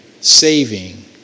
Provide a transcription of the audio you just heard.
saving